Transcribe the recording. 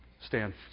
stand